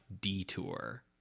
detour